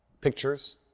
pictures